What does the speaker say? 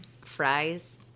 fries